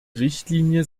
richtlinie